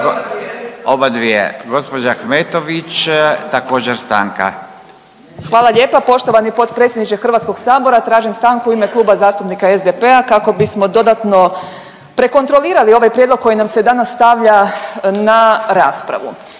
stanka. **Ahmetović, Mirela (SDP)** Hvala lijepa poštovani potpredsjedniče Hrvatskog sabora. Tražim stanku u ime Kluba zastupnika SDP-a kako bismo dodatno prekontrolirali ovaj prijedlog koji nam se danas stavlja na raspravu.